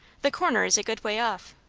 the corner is a good way off.